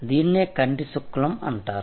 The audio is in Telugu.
దీనినే కంటిశుక్లం అంటారు